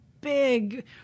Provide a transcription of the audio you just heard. big